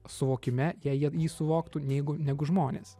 suvokime jei jie jį suvoktų neigu negu žmonės